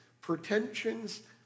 pretensions